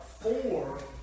four